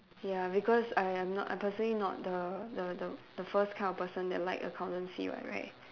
ya because I I'm not I'm personally not the the the the first kind of person that like accountancy [what] right